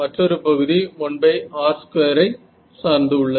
மற்றொரு பகுதி 1r2 ஐ சார்ந்து உள்ளது